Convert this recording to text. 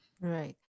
Right